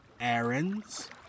errands